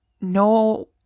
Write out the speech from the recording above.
no